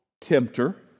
tempter